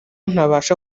ntabasha